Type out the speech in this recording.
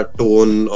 tone